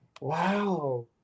Wow